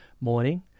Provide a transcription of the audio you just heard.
morning